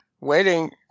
waiting